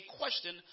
question